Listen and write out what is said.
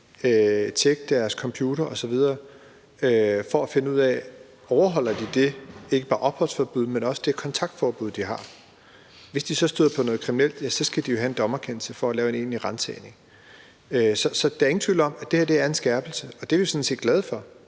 tjekke deres computer osv. for at finde ud af, om de overholder ikke bare det opholdsforbud, de har fået, men også det kontaktforbud, de har fået. Hvis politiet så støder på noget kriminelt, ja, så skal de jo have en dommerkendelse for at lave en egentlig ransagning. Så der er ingen tvivl om, at det her er en skærpelse, og det er vi sådan set glade for